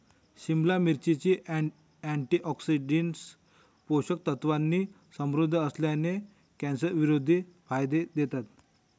सिमला मिरची, अँटीऑक्सिडंट्स, पोषक तत्वांनी समृद्ध असल्याने, कॅन्सरविरोधी फायदे देतात